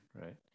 right